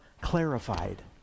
clarified